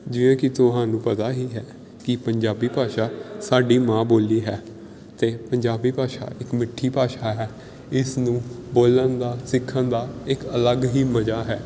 ਜਿਵੇਂ ਕਿ ਤੁਹਾਨੂੰ ਪਤਾ ਹੀ ਹੈ ਕਿ ਪੰਜਾਬੀ ਭਾਸ਼ਾ ਸਾਡੀ ਮਾਂ ਬੋਲੀ ਹੈ ਅਤੇ ਪੰਜਾਬੀ ਭਾਸ਼ਾ ਇੱਕ ਮਿੱਠੀ ਭਾਸ਼ਾ ਹੈ ਇਸ ਨੂੰ ਬੋਲਣ ਦਾ ਸਿੱਖਣ ਦਾ ਇੱਕ ਅਲੱਗ ਹੀ ਮਜ਼ਾ ਹੈ